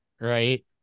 right